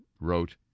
wrote